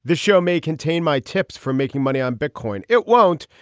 the show may contain my tips for making money on bitcoin. it won't.